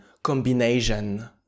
Combination